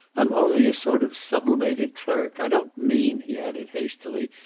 i'm only a sort of sublimated clerk. i don't mean, he added hastily,